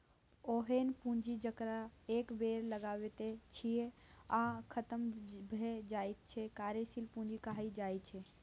ओहेन पुंजी जकरा एक बेर लगाबैत छियै आ खतम भए जाइत छै कार्यशील पूंजी कहाइ छै